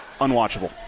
unwatchable